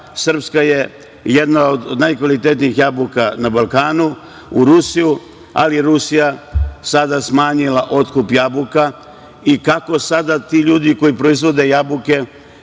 srpska je jedna od najkvalitetnijih jabuka na Balkanu, u Rusiju, a sada je smanjila otkup jabuka. Kako sada ti ljudi koji proizvode jabuke